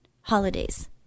holidays